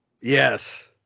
Yes